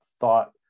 thought